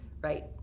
right